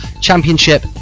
championship